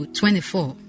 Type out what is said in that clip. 24